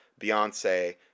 Beyonce